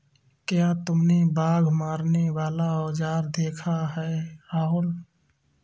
क्या तुमने बाघ मारने वाला औजार देखा है राहुल?